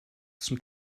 zum